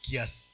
Yes